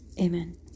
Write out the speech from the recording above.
Amen